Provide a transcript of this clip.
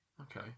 Okay